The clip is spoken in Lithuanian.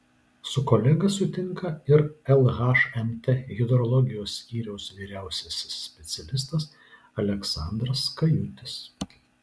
su kolega sutinka ir lhmt hidrologijos skyriaus vyriausiasis specialistas aleksandras kajutis